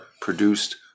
produced